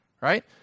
right